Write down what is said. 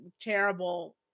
terrible